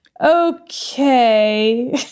Okay